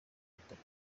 butaka